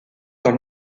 dans